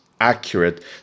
accurate